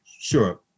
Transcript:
Sure